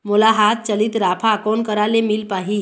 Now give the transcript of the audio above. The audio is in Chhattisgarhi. मोला हाथ चलित राफा कोन करा ले मिल पाही?